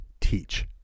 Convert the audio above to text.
teach